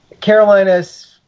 Carolina's